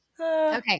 Okay